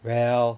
well